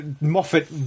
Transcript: Moffat